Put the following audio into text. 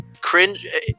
cringe